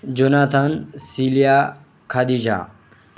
Jonathan Celia Khadija